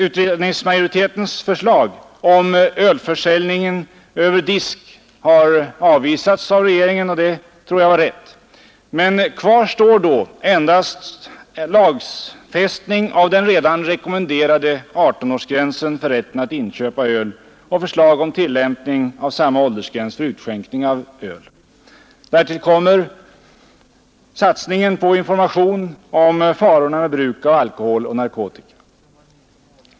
Utredningsmajoritetens förslag om ölförsäljning över disk har avvisats, och det tror jag var rätt. Men kvar står då endast lagfästning av den redan rekommenderade 18-årsgränsen för rätten att inköpa öl och förslag om tillämpning av samma åldersgräns för utskänkning av öl. Därtill kommer satsningen på information om farorna med bruk av alkohol och narkotika.